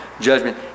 judgment